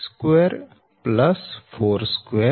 તેથી Da2 8